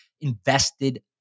invested